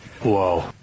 Whoa